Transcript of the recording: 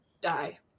die